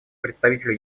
представителю